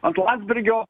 ant landsbergio